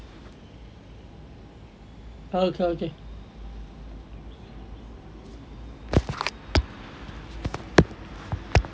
oh okay okay